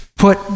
put